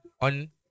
on